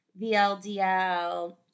VLDL